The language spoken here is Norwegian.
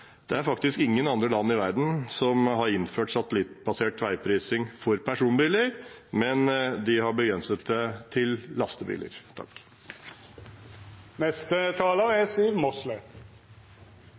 det er faktisk ingen andre land i verden som har innført satellittbasert veiprising for personbiler, de har begrenset det til lastebiler.